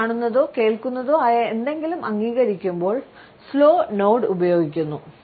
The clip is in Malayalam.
നമ്മൾ കാണുന്നതോ കേൾക്കുന്നതോ ആയ എന്തെങ്കിലും അംഗീകരിക്കുമ്പോൾ സ്ലോ നോഡ് ഉപയോഗിക്കുന്നു